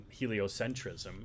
heliocentrism